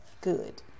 good